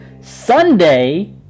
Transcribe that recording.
Sunday